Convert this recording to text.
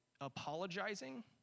apologizing